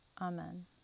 Amen